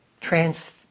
trans